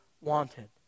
wanted